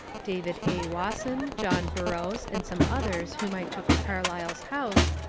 david a. wasson, john burroughs, and some others whom i took to carlyle s house,